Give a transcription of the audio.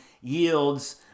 yields